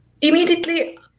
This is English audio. immediately